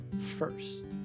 first